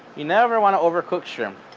you never want to overcook shrimp,